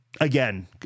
again